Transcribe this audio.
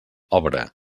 obra